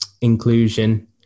inclusion